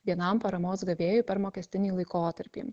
vienam paramos gavėjui per mokestinį laikotarpį